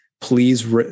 Please